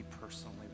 personally